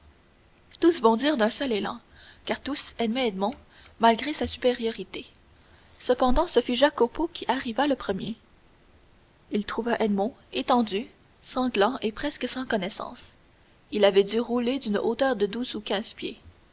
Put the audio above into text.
tous bondirent d'un seul élan car tous aimaient edmond malgré sa supériorité cependant ce fut jacopo qui arriva le premier il trouva edmond étendu sanglant et presque sans connaissance il avait dû rouler d'une hauteur de douze ou quinze pieds